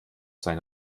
sein